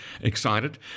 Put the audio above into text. excited